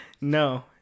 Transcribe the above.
No